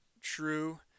true